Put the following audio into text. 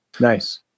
Nice